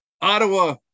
Ottawa